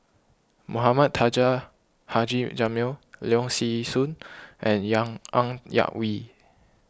Mohamed Taha Haji Jamil Leong Yee Soo and Yang Ng Yak Whee